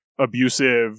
abusive